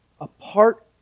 apart